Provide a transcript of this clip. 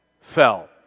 fell